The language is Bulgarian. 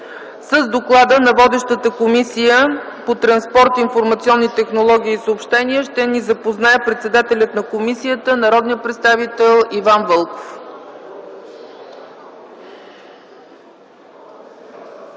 С доклада на водещата Комисия по транспорт, информационни технологии и съобщения ще ни запознае председателят на комисията народният представител Иван Вълков.